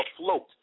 afloat